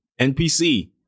NPC